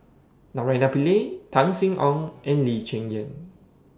Naraina Pillai Tan Sin Aun and Lee Cheng Yan